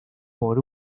por